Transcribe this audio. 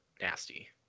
nasty